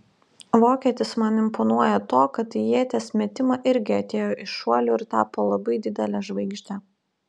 vokietis man imponuoja tuo kad į ieties metimą irgi atėjo iš šuolių ir tapo labai didele žvaigžde